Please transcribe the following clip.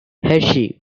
hershey